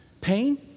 pain